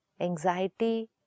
anxiety